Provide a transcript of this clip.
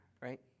right